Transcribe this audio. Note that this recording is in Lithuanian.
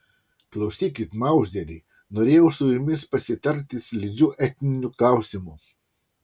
klausykit mauzeri norėjau su jumis pasitarti slidžiu etniniu klausimu